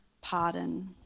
pardon